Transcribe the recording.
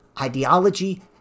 ideology